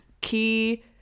key